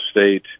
State